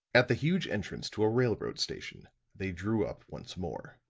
at the huge entrance to a railroad station they drew up once more.